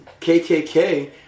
KKK